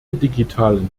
digitalen